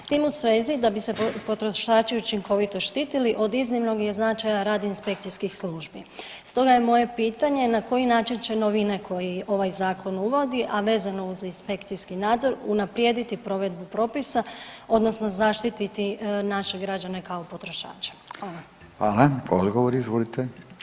S tim u svezi da bi se potrošači učinkovito štitili od iznimnog je značaja radi inspekcijskih službi, stoga je moje pitanje na koji način će novine koji ovaj zakon uvodi, a vezano uz inspekcijski nadzor unaprijediti provedbu propisa, odnosno zaštiti naše građane kao potrošače.